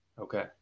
Okay